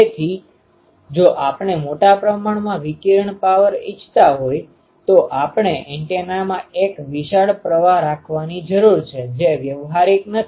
તેથી જો આપણે મોટા પ્રમાણમાં વિકિરણ પાવર ઇચ્છતા હોય તો આપણે એન્ટેનામાં એક વિશાળ પ્રવાહ રાખવાની જરૂર છે જે વ્યવહારિક નથી